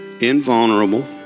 invulnerable